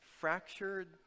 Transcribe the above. fractured